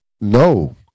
no